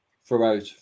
throughout